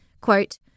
Quote